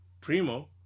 Primo